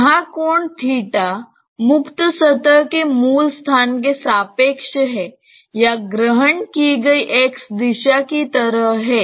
जहां कोण मुक्त सतह के मूल स्थान के सापेक्ष है या ग्रहण की गई x दिशा की तरह है